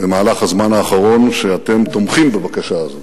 במהלך הזמן האחרון שאתם תומכים בבקשה הזאת.